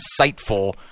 insightful